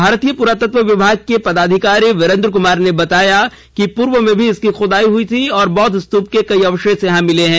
भारतीय पुरातत्व विभाग के पदाधिकारी वीरेंद्र कुमार ने बताया कि पूर्व में भी इसकी खुदाई हुई थी और बौद्ध स्तूप के कई अवशेष यहां मिले हैं